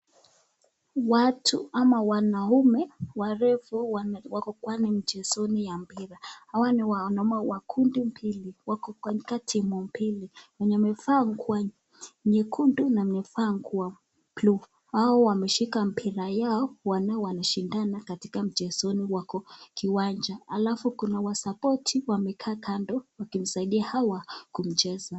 Watu ama wanaume warefu wakakuwa michezoni ya mpira. Hawa ni wanaume wa kundi mbili wako katika timu mbili. Wenye wamevaa nguo nyekundu na wamevaa nguo blue . Hao wameshika mpira yao wanaoshindana katika mchezoni, wako kiwanja alafu kuna wasapoti wamekaa kando wakisaidia hawa kwa mchezo.